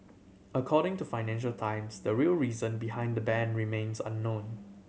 according to Financial Times the real reason behind the ban remains unknown